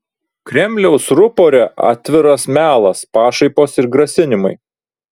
kremliaus rupore atviras melas pašaipos ir grasinimai